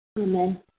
Amen